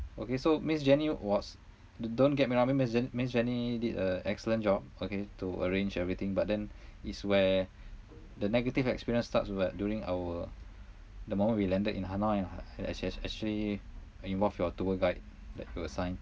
okay so miss jenny was do~ don't get me wrong I mean miss jen~ miss jenny did a excellent job okay to arrange everything but then it's where the negative experience starts with a during our the moment we landed in hanoi ah and it actually actually involved your tour guide that you assigned